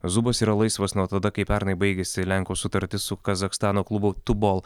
zubas yra laisvas nuo tada kai pernai baigėsi lenko sutartis su kazachstano klubu tubol